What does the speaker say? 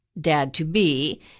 dad-to-be